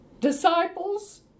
disciples